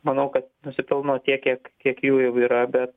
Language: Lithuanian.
manau kad nusipelno tiek kiek kiek jų jau yra bet